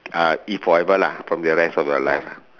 uh eat forever lah for your rest of your life